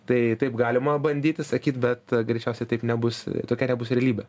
tai taip galima bandyti sakyt bet greičiausiai taip nebus tokia nebus realybė